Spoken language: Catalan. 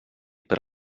per